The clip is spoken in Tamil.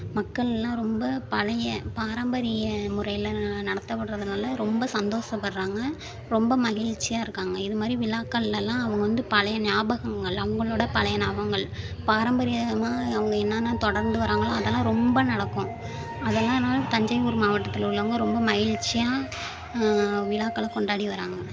மக்கள்லாம் ரொம்ப பழைய பாரம்பரிய முறையில் நடத்தப்படுறதுனால ரொம்ப சந்தோஷப்பட்றாங்க ரொம்ப மகிழ்ச்சியா இருக்காங்க இது மாதிரி விழாக்கள்ல எல்லாம் அவங்க வந்து பழைய நியாபகங்கள் அவங்களோட பழைய நாபகங்கள் பாரம்பரியமாக அவங்க என்னென்ன தொடர்ந்து வர்றாங்களோ அதெல்லாம் ரொம்ப நடக்கும் அதில்லன்னாலும் தஞ்சை ஊர் மாவட்டத்தில் உள்ளவங்க ரொம்ப மகிழ்ச்சியா விழாக்கள கொண்டாடி வர்றாங்க